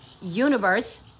universe